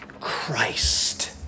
Christ